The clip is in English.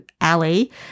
Alley